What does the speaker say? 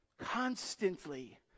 constantly